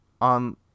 on